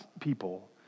people